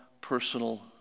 personal